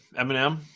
eminem